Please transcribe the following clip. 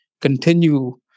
continue